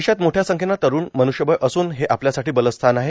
देशात मोठ्या संख्येने तरुण मनुष्यबळ असून हे आपल्यासाठी बलस्थान आहे